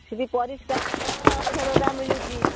ସେ ବି ପରିଷ୍କାର ପରିଚ୍ଛନ୍ନତା ମିଳୁଛି